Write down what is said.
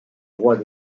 droits